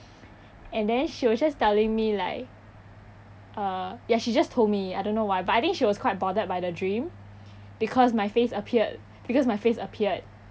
and then she was just telling me like uh ya she just told me I don't know why but I think she was quite bothered by the dream because my face appeared because my face appeared